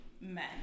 men